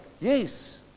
Yes